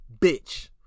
bitch